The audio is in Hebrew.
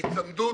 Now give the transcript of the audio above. בהיצמדות.